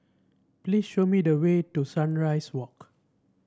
please show me the way to Sunrise Walk